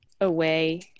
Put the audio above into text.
away